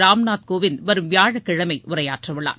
ராம்நாத் கோவிந்த் வரும் வியாழக்கிழமை உரையாற்றவுள்ளார்